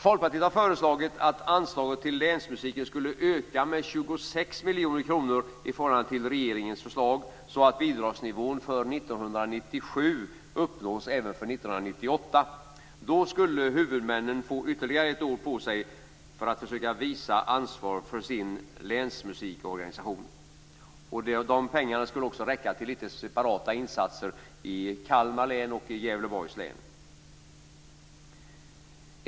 Folkpartiet har föreslagit att anslaget till länsmusiken skulle öka med 26 miljoner kronor i förhållande till regeringens förslag, så att bidragsnivån för 1997 uppnås även för 1998. Då skulle huvudmännen få ytterligare ett år på sig för att försöka visa ansvar för sin länsmusikorganisation. De pengarna skulle också räcka till separata insatser i Kalmar län och i Gävleborgs län.